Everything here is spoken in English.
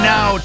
Now